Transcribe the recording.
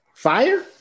Fire